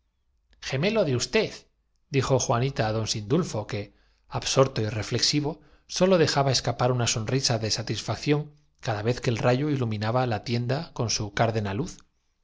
no sé nosotros venimos de luengas tierras absorto y reflexivo sólo dejaba escapar una sonrisa de satisfacción cada vez que el rayo iluminaba la tienda i pero no habéis experimentado una inundación con su cárdena luz